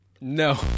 No